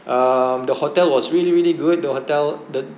um the hotel was really really good the hotel the